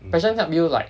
passion help you like